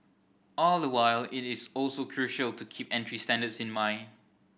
all the while it is also crucial to keep entry standards in mind